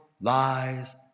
lies